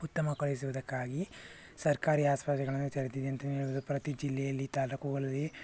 ಉತ್ತಮಗೊಳಿಸುವುದಕ್ಕಾಗಿ ಸರ್ಕಾರಿ ಆಸ್ಪತ್ರೆಗಳನ್ನು ತೆರೆದಿದೆ ಅಂತಲೇ ಹೇಳ್ಬೋದು ಪ್ರತಿ ಜಿಲ್ಲೆಯಲ್ಲಿ ತಾಲ್ಲೂಕುಗಳಲ್ಲಿ